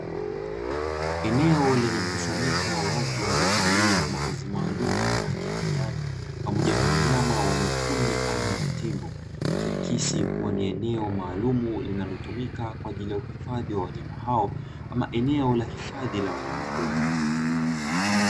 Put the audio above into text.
Eneo lenye mkusanyiko wa watu waliovalia mavazi maalumu ya rangi ya kijani pamoja na wanyama wa mwituni aina ya tembo, ikiakisi kuwa ni eneo maalumu linalotumika kwa ajili ya uhifadhi wa wanyama hao, ama eneo la hifadhi la wanyama pori.